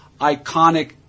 iconic